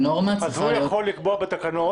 אז הוא יכול לקבוע בתקנות.